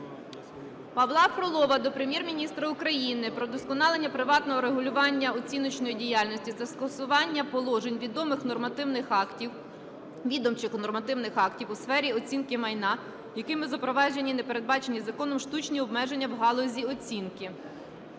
Павла Фролова до Прем'єр-міністра України про вдосконалення приватного регулювання оціночної діяльності та скасування положень відомих нормативних актів... відомчих нормативних актів у сфері оцінки майна, якими запроваджені непередбачені законами штучні обмеження в галузі оцінки.